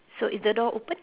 so is the door open